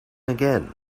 again